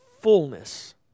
fullness